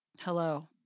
hello